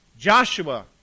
Joshua